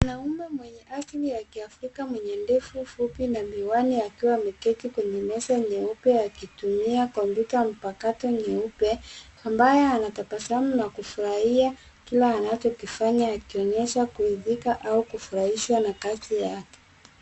Mwanaume mwenye asili ya kiafrika mwenye ndevu fupi na miwani akiwa ameketi kwenye meza nyeupe akitumia kompyuta mpakato nyeupe, ambaye anatabasamu na kufurahia kila anachokifanya akionyesha kuridhika au kufurahishwa na kazi yake.